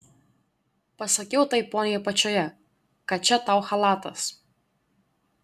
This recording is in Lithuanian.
pasakiau tai poniai apačioje kad čia tau chalatas